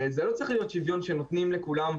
שזה לא צריך להיות שוויון שנותנים לכולם: